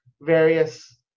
various